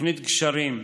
תוכנית "גשרים"